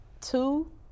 Two